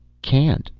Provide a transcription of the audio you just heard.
can't.